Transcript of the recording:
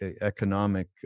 economic